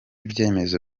ibyemezo